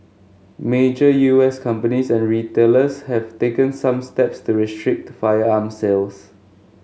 major U S companies and retailers have taken some steps to restrict firearm sales